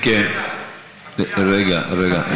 אם תחליט, אם כן, רגע, רגע,